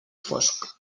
fosc